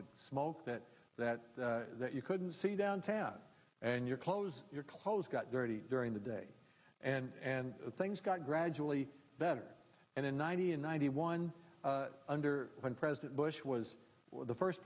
the smoke that that that you couldn't see downtown and your clothes your clothes got dirty during the day and things got gradually better and then ninety and ninety one under when president bush was the first